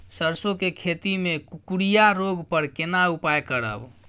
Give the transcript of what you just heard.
सरसो के खेती मे कुकुरिया रोग पर केना उपाय करब?